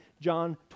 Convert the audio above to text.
John